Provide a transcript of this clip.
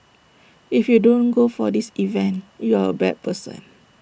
if you don't go for this event you are A bad person